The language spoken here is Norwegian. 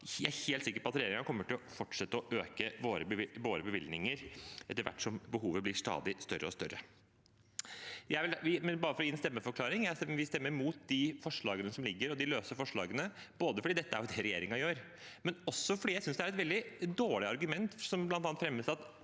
jeg er helt sikker på at regjeringen kommer til å fortsette å øke våre bevilgninger etter hvert som behovet blir stadig større. Bare for å gi en stemmeforklaring: Vi stemmer mot de forslagene som foreligger, også de løse forslagene, fordi det jo er regjeringen som gjør dette, og fordi jeg synes det er et veldig dårlig argument som fremmes –